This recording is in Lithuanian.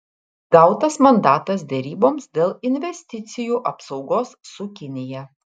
gautas mandatas deryboms dėl investicijų apsaugos su kinija